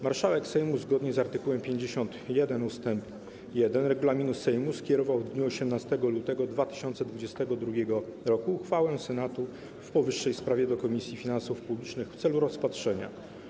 Marszałek Sejmu zgodnie z art. 51 ust. 1 regulaminu Sejmu skierowała w dniu 18 lutego 2022 r. uchwałę Senatu w powyższej sprawie do Komisji Finansów Publicznych w celu rozpatrzenia.